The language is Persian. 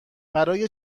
برای